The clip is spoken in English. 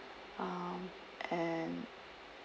um and